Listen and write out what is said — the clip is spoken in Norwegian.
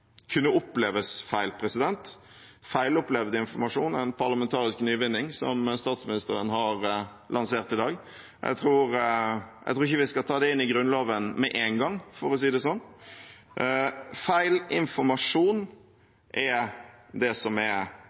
kunne oppleves feil. «Feilopplevd informasjon» er en parlamentarisk nyvinning som statsministeren har lansert i dag. Jeg tror ikke vi skal ta det inn i Grunnloven med en gang, for å si det sånn. Feilinformasjon er det som er